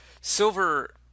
Silver